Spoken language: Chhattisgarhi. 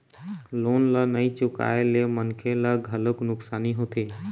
लोन ल नइ चुकाए ले मनखे ल घलोक नुकसानी होथे